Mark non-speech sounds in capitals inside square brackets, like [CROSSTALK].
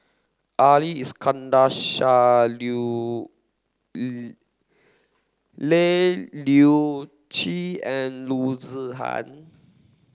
Ali Iskandar Shah Leu [UNINTELLIGIBLE] Yew Chye and Loo Zihan